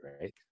Right